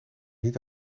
niet